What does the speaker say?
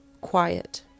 quiet